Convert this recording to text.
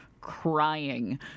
crying